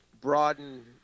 broaden